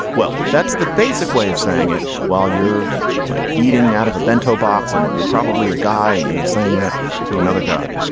well, that's the basic way of saying it. while you're like eating out of a bento box and you're probably a guy. and you're saying that to another guy,